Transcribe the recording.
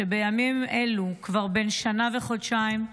שבימים אלו כבר בן שנה וחודשיים,